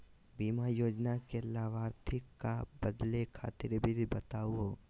बीमा योजना के लाभार्थी क बदले खातिर विधि बताही हो?